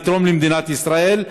לתרום למדינת ישראל,